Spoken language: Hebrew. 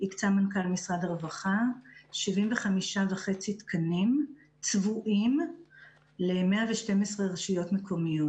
הקצה מנכ"ל משרד הרווחה 75.5 תקנים צבועים ל-112 רשויות מקומיות.